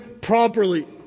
properly